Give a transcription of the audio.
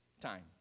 Time